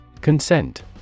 Consent